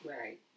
Right